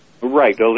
Right